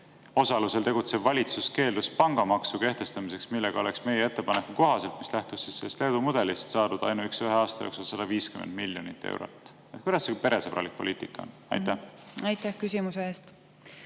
osalusel tegutsev valitsus keeldus pangamaksu kehtestamisest, millega oleks meie ettepaneku kohaselt, mis lähtus sellest Leedu mudelist, saadud ainuüksi ühe aasta jooksul 150 miljonit eurot? Kuidas see ikkagi peresõbralik poliitika on? Aitäh küsimuse eest!